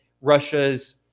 Russia's